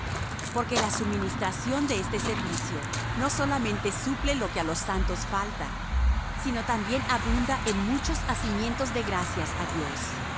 porque la suministración de este servicio no solamente suple lo que á los santos falta sino también abunda en muchos hacimientos de gracias á dios